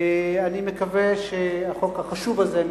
אני מקווה שהחוק החשוב מאוד